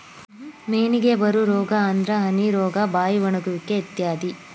ಮೇನಿಗೆ ಬರು ರೋಗಾ ಅಂದ್ರ ಹನಿ ರೋಗಾ, ಬಾಯಿ ಒಣಗುವಿಕೆ ಇತ್ಯಾದಿ